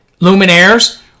luminaires